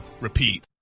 repeat